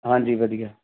ਹਾਂਜੀ ਵਧੀਆ